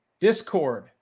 Discord